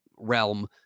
realm